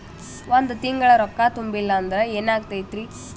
ಒಂದ ತಿಂಗಳ ರೊಕ್ಕ ತುಂಬಿಲ್ಲ ಅಂದ್ರ ಎನಾಗತೈತ್ರಿ?